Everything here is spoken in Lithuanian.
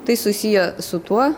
tai susiję su tuo